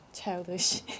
childish